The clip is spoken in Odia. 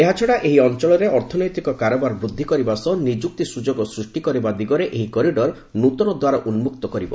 ଏହାଛଡ଼ା ଏହି ଅଞ୍ଚଳରେ ଅର୍ଥନୈତିକ କାରବାର ବୃଦ୍ଧି କରିବା ସହ ନିଯୁକ୍ତି ସୁଯୋଗ ସୃଷ୍ଟି କରିବା ଦିଗରେ ଏହି କରିଡ଼ର ନୂତନ ଦ୍ୱାର ଉନ୍ମକ୍ତ କରିବ